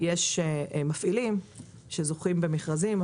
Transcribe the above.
יש מפעילים שזוכים במכרזים,